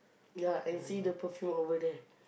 ya and see the perfume over there